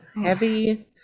heavy